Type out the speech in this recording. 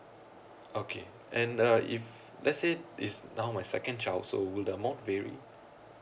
okay and uh if let's say is now my second child so will amount vary